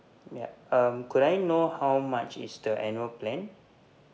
yup um could I know how much is the annual plan